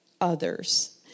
others